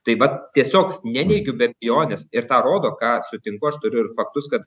tai vat tiesiog neneigiu bet jo nes ir tą rodo ką sutinku aš turiu ir faktus kad